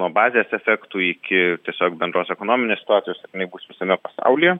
nuo bazės efektų iki tiesiog bendros ekonominės situacijos ar jinai bus visame pasaulyje